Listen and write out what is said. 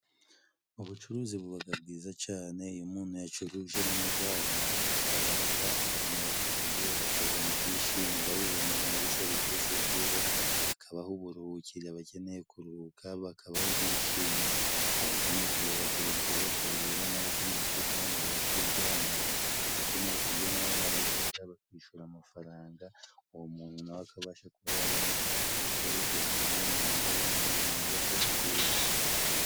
Ubucuruzi bubaga bwiza cyane, iyo umuntu ya yacuje neza abonaga amafaranga, akabona abakiriye, bakabona ibyishimo babiboneye muri serivisi ziwe, akabaha uburuhukiro abakeneye kuruhuka, bakabaho bishimye, abakeneye kureba televiziyo bakayireba, n'abakeneye kwiryamira bakiryamira, abakeneye kurya nabo bararyaga, bakishyura amafaranga, uwo muntu nawe akabasha kuba yabona ibikoresho bikenewe mu ngo ze ziwe.